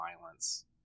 violence